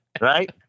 right